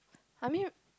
I mean